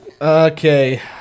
Okay